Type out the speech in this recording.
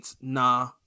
nah